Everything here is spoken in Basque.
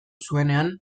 zuenean